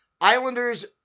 Islanders